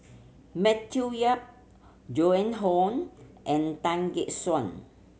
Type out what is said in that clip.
Matthew Yap Joan Hon and Tan Gek Suan